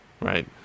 right